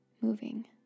moving